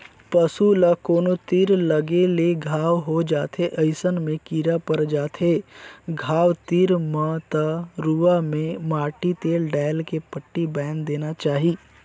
पसू ल कोनो तीर लगे ले घांव हो जाथे अइसन में कीरा पर जाथे घाव तीर म त रुआ में माटी तेल डायल के पट्टी बायन्ध देना चाही